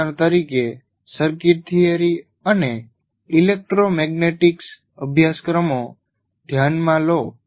ઉદાહરણ તરીકે circuit theory અને ઇલેક્ટ્રોમેગ્નેટિક્સ અભ્યાસક્રમો ધ્યાનમાં લો